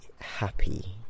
happy